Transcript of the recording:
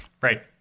Right